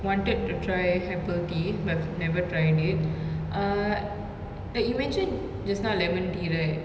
wanted to try apple tea but never tried it uh like you mentioned just now lemon tea right